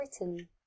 written